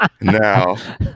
Now